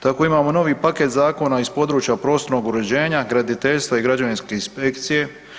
Tako imamo novi paket zakona iz područja prostornog uređenja, graditeljstva i građevinske inspekcije.